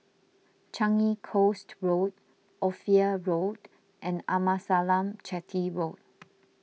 Changi Coast Road Ophir Road and Amasalam Chetty Road